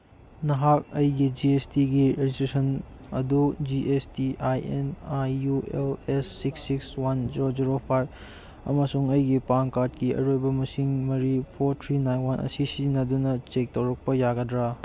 ꯅꯍꯥꯛ ꯑꯩꯒꯤ G S ꯇꯤꯒꯤ ꯔꯦꯖꯤꯁꯇ꯭ꯔꯦꯁꯟ ꯑꯗꯨ G S T I N I U L S six six one zero zero five ꯑꯃꯁꯨꯡ ꯑꯩꯒꯤ ꯄꯥꯟ ꯀꯥꯔꯠꯀꯤ ꯑꯔꯣꯏꯕ ꯃꯁꯤꯡ ꯃꯔꯤ ꯐꯣꯔ ꯊ꯭ꯔꯤ ꯅꯥꯏꯟ ꯋꯥꯟ ꯑꯁꯤ ꯁꯤꯖꯤꯟꯅꯗꯨꯅ ꯆꯦꯛ ꯇꯧꯔꯛꯄ ꯌꯥꯒꯗ꯭ꯔ